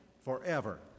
forever